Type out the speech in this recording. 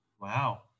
Wow